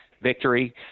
victory